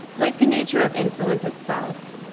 like the nature of influence itself,